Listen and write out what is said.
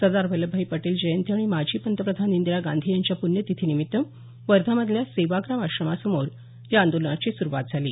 सरदार वल्लभभाई पटेल जयंती आणि माजी प्रधानमंत्री इंदिरा गांधी यांच्या प्रण्यतिथीनिमित्त वर्धा मधल्या सेवाग्राम आश्रमसमोर या आंदोलनाची सुरुवात झाली